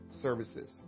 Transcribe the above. services